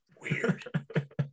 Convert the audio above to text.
Weird